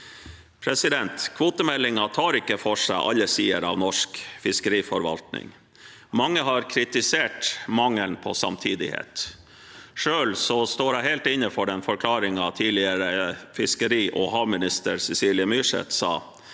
hender. Kvotemeldingen tar ikke for seg alle sider av norsk fiskeriforvaltning. Mange har kritisert mangelen på samtidighet. Selv står jeg helt inne for forklaringen tidligere fiskeri- og havminister Cecilie Myrseth